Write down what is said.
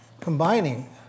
combining